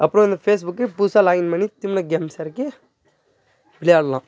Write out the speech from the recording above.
அப்புறம் இந்த Facebook புதுசாக லாகின் பண்ணி திரும்ப கேம்ஸு இறக்கி விளையாடலாம்